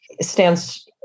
stands